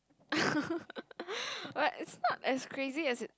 like is not as crazy as it